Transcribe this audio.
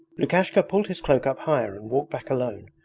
lukashka pulled his cloak up higher and walked back alone,